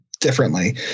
differently